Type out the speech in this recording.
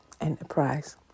enterprise